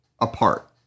apart